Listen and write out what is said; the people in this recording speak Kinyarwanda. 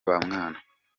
bamwana